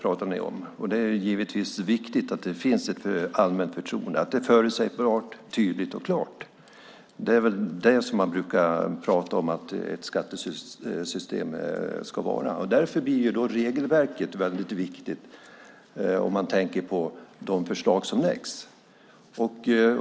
Det är givetvis viktigt att det finns ett allmänt förtroende och att det är förutsebart, tydligt och klart. Det är vad man brukar säga att ett skattesystem ska vara. Därför blir regelverket väldigt viktigt om man tänker på de förslag som läggs fram.